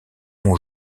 mon